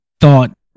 thought